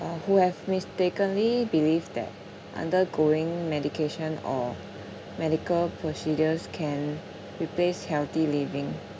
and who have mistakenly believed that undergoing medication or medical procedures can replace healthy living